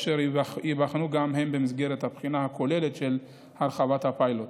והן ייבחנו גם הן במסגרת הבחינה הכוללת של הרחבת הפיילוט.